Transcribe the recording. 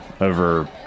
over